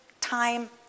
time